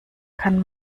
kann